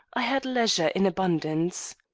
i had leisure in abundance.